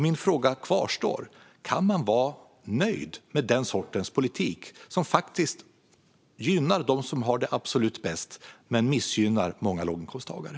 Min fråga kvarstår: Kan man vara nöjd med den sortens politik, som faktiskt gynnar dem som har det absolut bäst men missgynnar många låginkomsttagare?